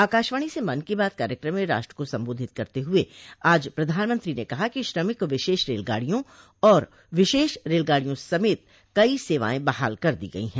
आकाशवाणी से मन की बात कार्यक्रम में राष्ट्र को संबोधित करते हुए आज प्रधानमंत्री ने कहा कि श्रमिक विशेष रेलगाडियों और विशेष रेलगाडियों समेत कई सेवाएं बहाल कर दी गई हैं